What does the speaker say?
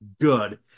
good